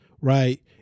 right